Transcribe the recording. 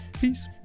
Peace